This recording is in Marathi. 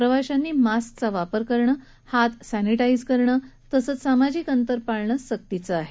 प्रवाशांनी मास्कवा वापर करणं हात सॅनिटाईझ करणं तसंच सामाजिक अंतर पाळणं हे सक्तीचं आहे